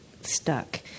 stuck